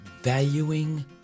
valuing